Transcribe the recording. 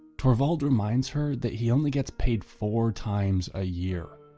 torvald reminds her that he only gets paid four times a year.